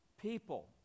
people